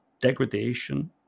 degradation